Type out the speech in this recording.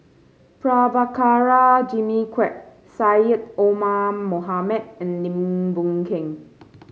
Prabhakara Jimmy Quek Syed Omar Mohamed and Lim Boon Keng